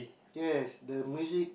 yes the music